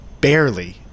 barely